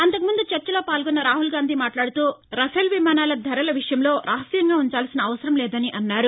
అంతకుముందు చర్చలో పాల్గొన్న రాహుల్ గాంధీ మాట్లాడుతూ రఫెల్ విమానాల ధరల విషయం రహస్యంగా ఉంచాల్సిన అవసరం లేదన్నారు